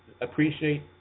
appreciate